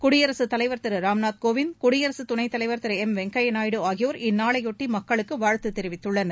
குடியரசுத்தலைவா் திரு ராம்நாத் கோவிந்த் குடியரசுத் துணைத்தலைவா் திரு எம் வெங்கையா நாயுடு ஆகியோர் இந்நாளையொட்டி மக்களுக்கு வாழ்த்து தெரிவித்துள்ளனர்